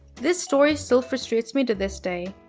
this story still frustrates me to this day.